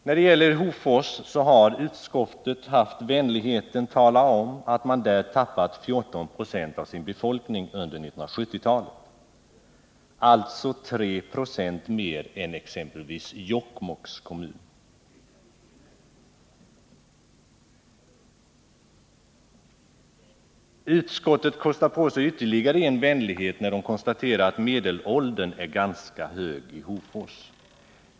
När det gäller Hofors har utskottet haft vänligheten tala om att man där tappat 14 96 av sin befolkning under 1970-talet, alltså 3 20 mer än exempelvis Jokkmokks kommun. Utskottet kostar på sig ytterligare en vänlighet när det konstaterar att medelåldern är ganska hög i Hofors.